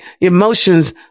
emotions